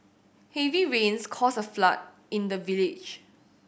heavy rains caused a flood in the village